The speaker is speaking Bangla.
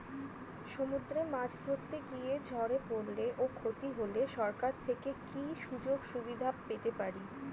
সমুদ্রে মাছ ধরতে গিয়ে ঝড়ে পরলে ও ক্ষতি হলে সরকার থেকে কি সুযোগ সুবিধা পেতে পারি?